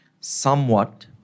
somewhat